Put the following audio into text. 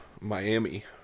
Miami